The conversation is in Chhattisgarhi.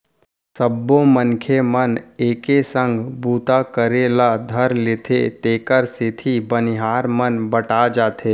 सबो मनखे मन एके संग बूता करे ल धर लेथें तेकर सेती बनिहार मन बँटा जाथें